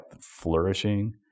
flourishing